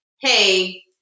hey